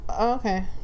Okay